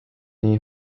nii